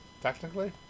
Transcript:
technically